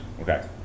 Okay